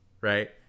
right